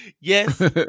Yes